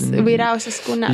įvairiausios kaune